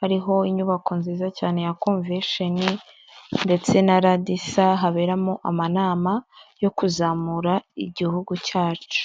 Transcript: hariho inyubako nziza cyane ya konvesheni (convention ) ndetse na radisa haberamo amanama yo kuzamura igihugu cyacu.